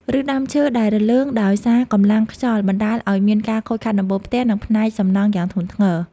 ឫសដើមឈើដែលរលើងដោយសារកម្លាំងខ្យល់បណ្តាលឱ្យមានការខូចខាតដំបូលផ្ទះ និងផ្នែកសំណង់យ៉ាងធ្ងន់ធ្ងរ។